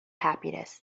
happiness